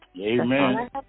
amen